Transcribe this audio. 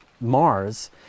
Mars